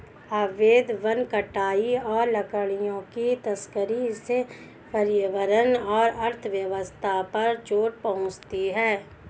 अवैध वन कटाई और लकड़ियों की तस्करी से पर्यावरण और अर्थव्यवस्था पर चोट पहुँचती है